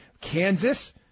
Kansas